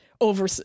over